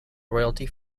royalty